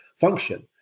function